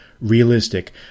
realistic